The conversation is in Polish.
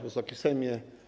Wysoki Sejmie!